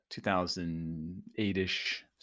2008-ish